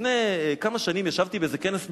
לפני כמה שנים ישבתי באיזה כנס מחקרי,